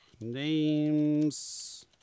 names